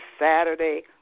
Saturday